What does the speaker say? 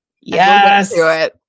Yes